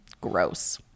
Gross